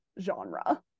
genre